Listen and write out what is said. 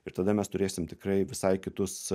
ir tada mes turėsim tikrai visai kitus